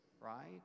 right